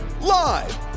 Live